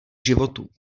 životu